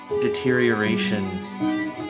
deterioration